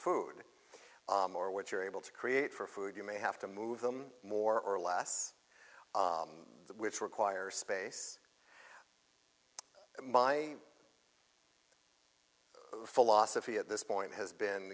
food or what you're able to create for food you may have to move them more or less which requires space by philosophy at this point has been